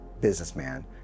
businessman